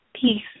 Peace